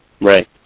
Right